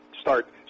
start